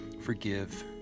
forgive